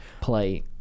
play –